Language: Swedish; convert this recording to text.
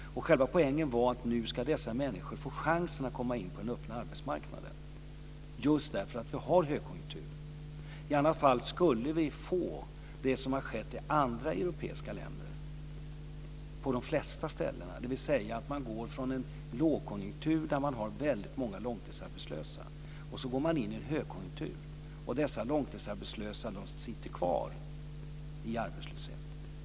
Själva poängen var att nu ska dessa människor få chansen att komma in på den öppna arbetsmarknaden, just därför att vi har högkonjunktur. I annat fall skulle vi nämligen få det som man har fått på de flesta ställen i andra europeiska länder. Där har man gått från en lågkonjunktur med många långtidsarbetslösa in i en högkonjunktur - och de långtidsarbetslösa sitter kvar i arbetslöshet.